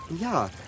Ja